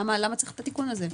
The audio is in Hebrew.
למה צריך את התיקון הזה.